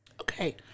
Okay